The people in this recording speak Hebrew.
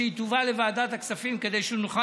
והיא תובא לוועדת הכספים כדי שנוכל